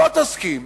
בוא תסכים